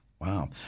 Wow